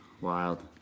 Wild